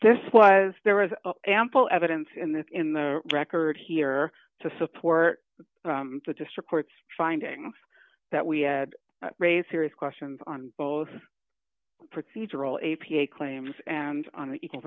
this was there was ample evidence in the in the record here to support the district court's finding that we had raised serious questions on both procedural a p a claims and on the equal